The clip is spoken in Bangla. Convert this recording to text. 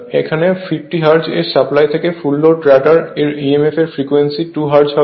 এখানে 50 হার্জ এর সাপ্লাই থেকে ফুল লোডে রটার emf এর ফ্রিকোয়েন্সি 2 হার্জ হবে